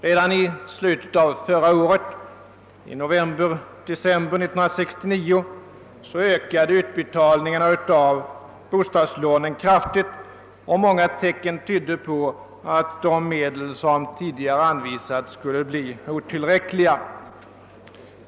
Redan i slutet av förra året, i november— december, ökade utbetalningarna av bostadslånen kraftigt, och många tecken tydde på att de medel som tidigare anvisats skulle bli otillräckliga.